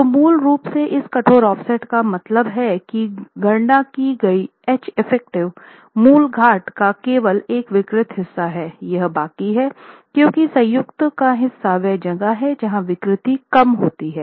तो मूल रूप से इस कठोर ऑफसेट का क्या मतलब है कि गणना की गई Heff मूल घाट का केवल एक विकृत हिस्सा है यह बाकी है क्योंकि संयुक्त का हिस्सा वह जगह है जहां विकृतियां कम होती हैं